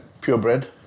purebred